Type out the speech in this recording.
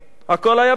הכול היה בסדר.